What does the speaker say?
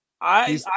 I